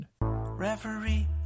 Reverie